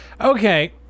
Okay